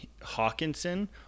Hawkinson